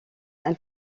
elle